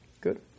Good